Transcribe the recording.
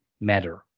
matter